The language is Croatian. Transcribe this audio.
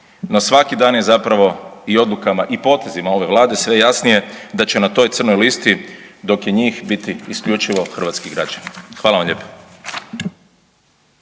no svaki dan je zapravo i odlukama i potezima ove Vlade sve jasnije da će na toj crnoj listi dok je njih biti isključivo hrvatski građani. Hvala vam lijepa.